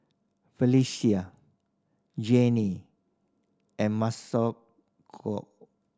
Felisha Jeanie and Masako